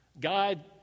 God